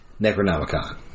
Necronomicon